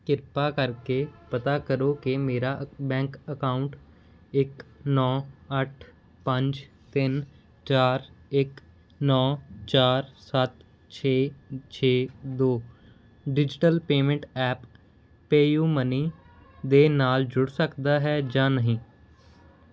ਕ੍ਰਿਪਾ ਕਰਕੇ ਪਤਾ ਕਰੋ ਕਿ ਮੇਰਾ ਬੈਂਕ ਅਕਾਊਂਟ ਇੱਕ ਨੌਂ ਅੱਠ ਪੰਜ ਤਿੰਨ ਚਾਰ ਇੱਕ ਨੌਂ ਚਾਰ ਸੱਤ ਛੇ ਛੇ ਦੋ digital payment app PayU money ਦੇ ਨਾਲ ਜੁੜ ਸਕਦਾ ਹੈ ਜਾਂ ਨਹੀਂ